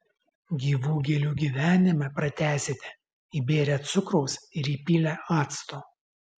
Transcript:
gyvų gėlių gyvenimą pratęsite įbėrę cukraus ir įpylę acto